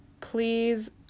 Please